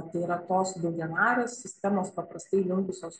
tai yra tos daugianarės sistemos paprastai linkusios